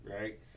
right